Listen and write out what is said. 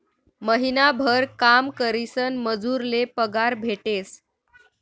महिनाभर काम करीसन मजूर ले पगार भेटेस